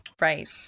Right